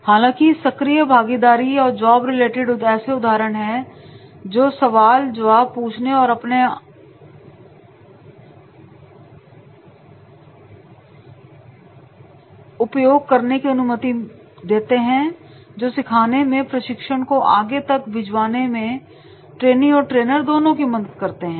हालांकि सक्रिय भागीदारी और जॉब रिलेटेड ऐसे उदाहरण है जैन से सवाल जवाब पूछने और अपने आंसुओं का उपयोग करने की अनुमति मिलती है जो सिखाने में और प्रशिक्षण को आगे तक भिजवाने में ट्रेनी और ट्रेनर दोनों की बहुत मदद करती है